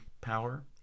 power